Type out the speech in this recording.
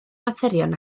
materion